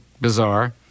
bizarre